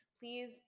Please